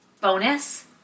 bonus